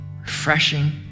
refreshing